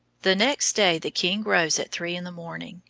the next day the king rose at three in the morning,